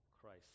Christ